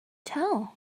tell